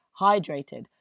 hydrated